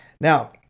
Now